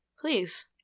Please